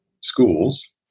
schools